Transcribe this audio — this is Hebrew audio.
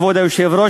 כבוד היושב-ראש,